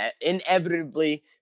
inevitably